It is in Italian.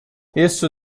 esso